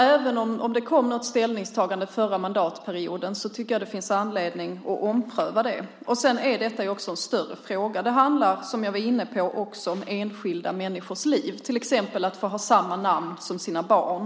Även om det kom ett ställningstagande förra mandatperioden finns det anledning att ompröva det. Detta är också en större fråga. Det handlar om enskilda människors liv, till exempel om att ha samma namn som ens barn.